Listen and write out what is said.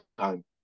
time